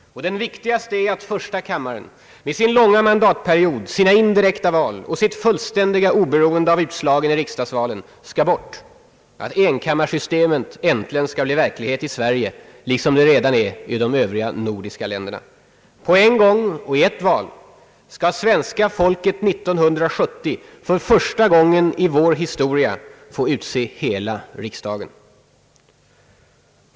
Den viktigaste är att första kammaren med sin långa mandatperiod, sina indirekta val och sitt fullständiga oberoende av utslagen i riksdagsvalen skall bort, att enkammarsystemet äntligen skall bli verklighet i Sverige liksom det redan är i de övriga nordiska länderna. På en gång och i ett val skall svenska folket 1970 för första. gången i vår historia få utse hela riksdagen.